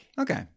Okay